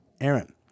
Aaron